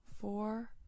four